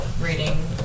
reading